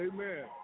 Amen